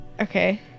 Okay